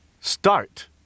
Start